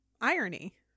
irony